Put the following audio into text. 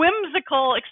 whimsical